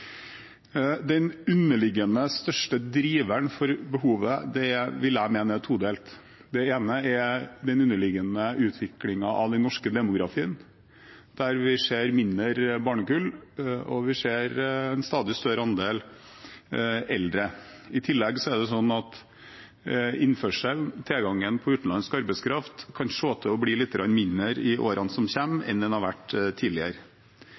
Den underliggende største driveren for behovet vil jeg mene er todelt. Det ene er den underliggende utviklingen av den norske demografien, der vi ser mindre barnekull og en stadig større andel eldre. I tillegg kan tilgangen på utenlandsk arbeidskraft se ut til å bli litt mindre i årene som kommer enn den har vært tidligere.